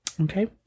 Okay